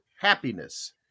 happiness